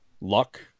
Luck